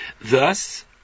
Thus